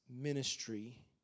ministry